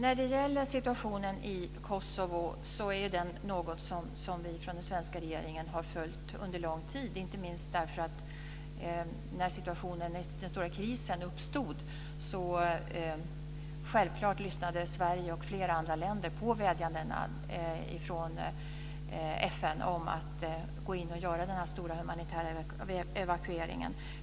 Fru talman! Situationen i Kosovo är något som vi i den svenska regeringen har följt under långt tid. Inte minst när den stora krisen uppstod lyssnade självklart Sverige och flera andra länder på vädjandena från FN om att gå in och göra den stora humanitära evakueringen.